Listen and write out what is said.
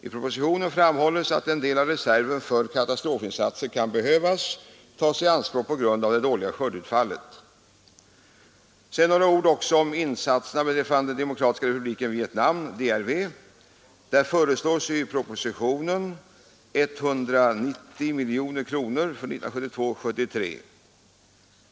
I propositionen framhålls att en del av reserven för katastrofinsatser kan behöva tas i anspråk på grund av det dåliga skördeutfallet. Så också några ord om insatserna beträffande Demokratiska Republiken Vietnam . Där föreslås i propositionen 190 miljoner kronor för 1972/73.